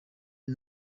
bwe